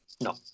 No